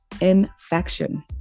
infection